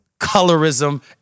colorism